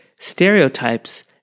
stereotypes